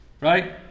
Right